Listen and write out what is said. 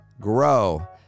grow